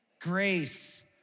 grace